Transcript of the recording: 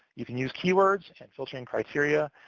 you can use keywords and filtering criteria.